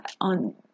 on